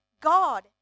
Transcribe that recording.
God